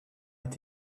est